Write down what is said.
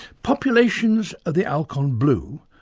populations of the alcon blue,